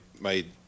made